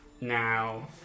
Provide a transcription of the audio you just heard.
now